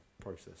process